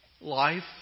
life